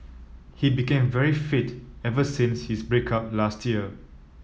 he became very fit ever since his break up last year